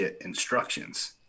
instructions